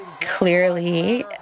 clearly